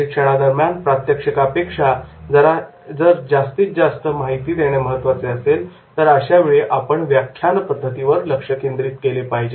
प्रशिक्षणादरम्यान प्रात्यक्षिकापेक्षा जर जास्तीत जास्त माहिती देणे महत्त्वाचे असेल तर अशावेळी आपण व्याख्यान पद्धतीवर लक्ष केंद्रित केले पाहिजे